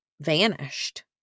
vanished